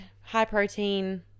high-protein